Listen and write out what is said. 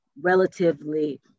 relatively